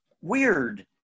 weird